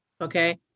Okay